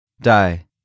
Die